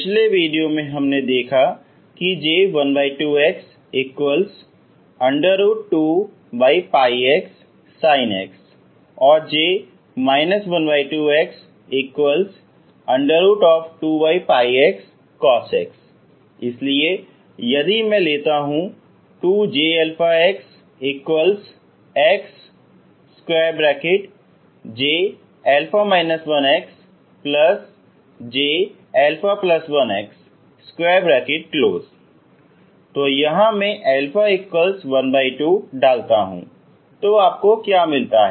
पिछले वीडियो में हमने देखा है कि J12x2πx sinx और J 12x2πx cosx इसीलिए यदि मैं लेता हूँ 2J xxJα 1xJα1x तोयहाँ मैं α12 डालता हूँ तो आपको क्या मिलता है